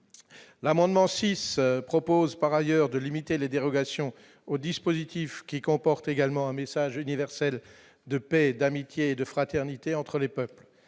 l'amendement 6 propose par ailleurs de limiter les dérogations au dispositif qui comporte également un message universel de paix et d'amitié, de fraternité entre les Peuple